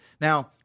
Now